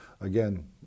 again